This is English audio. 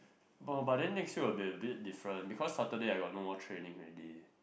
no but then next year there will be a bit different because Saturday I have no more training already